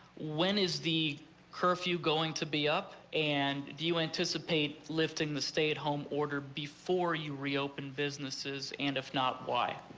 when is the curfew going to be up and do you anticipate lifting the stay at home order before you reopen businesses and if not why. i